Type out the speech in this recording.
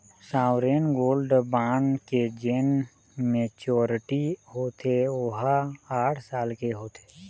sovereign gold bond के जेन maturity होथे ओहा आठ साल के होथे